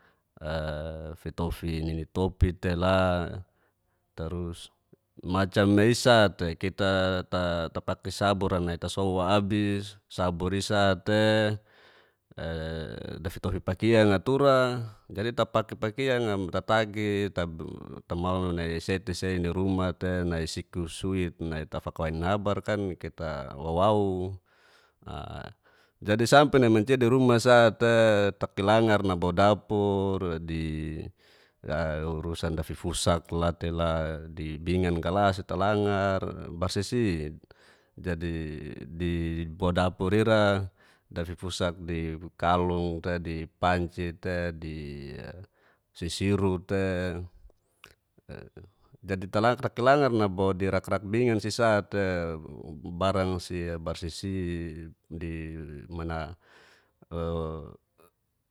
fitofi nini topi tela tarus macam nai isa'te kita tapaki sabur'a nai tasou abis sbur isa'te dafitofi pakiang'a tura jadi tapaki pakiang'a tatagi tamau nai seite sei ni ruma te nai siku suit nai tafaka wai nini habar kan tita wawau jadi nai sampe nai mancia di ruma sa'te takilangar nabo dapur di urusan dafifusak lattela di binga, galas talangar barsisi jadi di bo dapur ira dfifusak di kalung, te di apanci te di sisiru te takilangar nabo di rak rak bingan si sate barang si barsisi ni mana